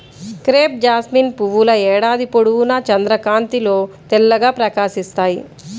crepe jasmine పువ్వుల ఏడాది పొడవునా చంద్రకాంతిలో తెల్లగా ప్రకాశిస్తాయి